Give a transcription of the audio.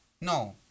no